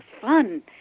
fun